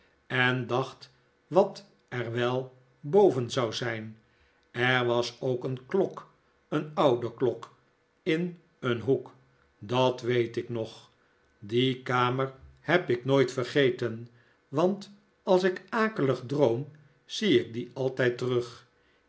en dacht wat er wel boven zou zijn er was ook een klok een oude klok in een hoek dat weet ik ook nog die kamer heb ik nooit vergeten want als ik akelig droom zie ik die altijd terug